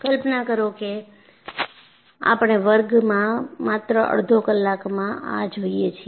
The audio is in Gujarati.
કલ્પના કરો કે આપણે વર્ગમાં માત્ર અડધો કલાકમાં આ જોઈએ છીએ